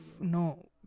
No